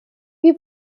wie